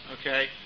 okay